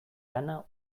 lana